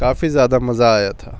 کافی زیادہ مزہ آیا تھا